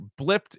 blipped